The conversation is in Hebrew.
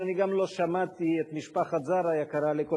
שאני גם לא שמעתי את משפחת זר היקרה לי כל